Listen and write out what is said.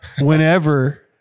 whenever